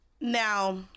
Now